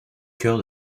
cœur